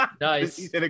nice